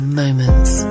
moments